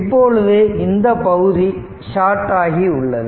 இப்பொழுது இந்தப் பகுதி ஷாட் ஆகி உள்ளது